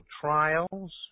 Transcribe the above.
trials